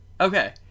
Okay